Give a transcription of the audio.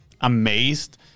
amazed